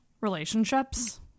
relationships